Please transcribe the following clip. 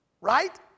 right